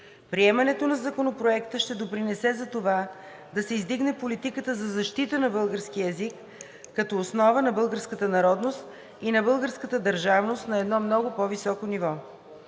Приемането на Законопроекта ще допринесе за това да се издигне политиката за защита на българския език като основа на българската народност и на българската държавност на едно много по-високо ниво.